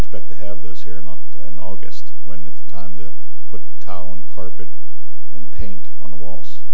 expect to have those here not in august when it's time to put a towel in carpet and paint on the walls